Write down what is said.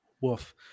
woof